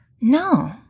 no